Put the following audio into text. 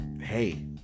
Hey